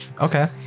Okay